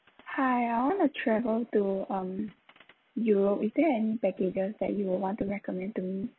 hi I want to travel to um europe is there any packages that you would want to recommend to me